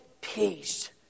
peace